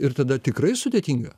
ir tada tikrai sudėtinga